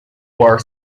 war